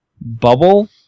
Bubble